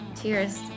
cheers